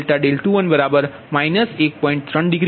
તેથી તમને ત્યાં ∆δ21 1